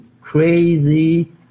Crazy